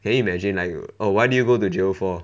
can you imagine like oh why did you go to jail for